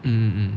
mm mm mm